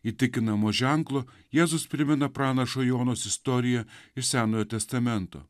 įtikinamo ženklo jėzus primena pranašo jonos istoriją iš senojo testamento